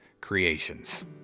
creations